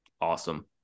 awesome